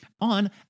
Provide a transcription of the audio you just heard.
on